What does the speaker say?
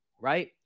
right